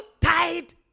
tied